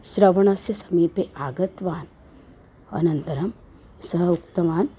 श्रवणस्य समीपे आगतवान् अनन्तरं सः उक्तवान्